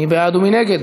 מי בעד ומי נגד?